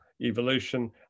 evolution